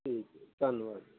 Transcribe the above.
ਜੀ ਧੰਨਵਾਦ